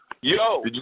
Yo